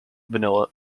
vanilla